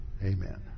Amen